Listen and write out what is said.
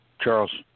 Charles